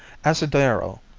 asadero,